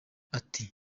ati